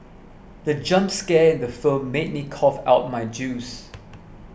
the jump scare in the film made me cough out my juice